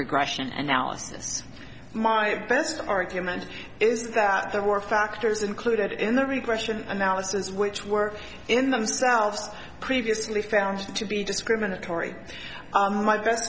regression analysis my best argument is that there were factors included in the repression analysis which were in themselves previously found to be discriminatory my best